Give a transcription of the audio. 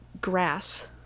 grass